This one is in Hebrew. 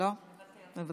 מוותר.